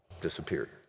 Disappeared